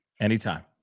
Anytime